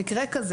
במקרה כזה,